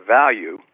value